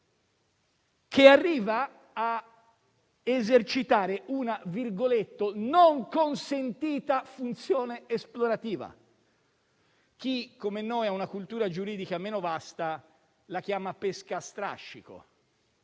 che arriva a esercitare "una non consentita funzione esplorativa". Chi, come noi, ha una cultura giuridica meno vasta, la chiama pesca a strascico.